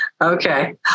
Okay